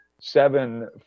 seven